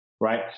right